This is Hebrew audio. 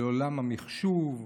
לעולם המחשוב,